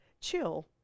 chill